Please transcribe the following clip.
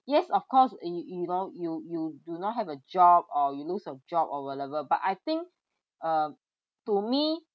yes of course you you know you you do not have a job or you loose a job or whatever but I think ugh to me